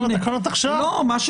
לא, אני מדבר על התקנות עכשיו.